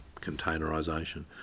containerisation